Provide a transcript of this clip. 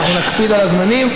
נקפיד על הזמנים.